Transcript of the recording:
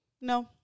No